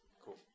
Cool